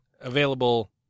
Available